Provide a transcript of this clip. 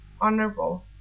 honorable